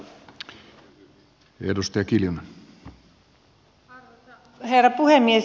arvoisa herra puhemies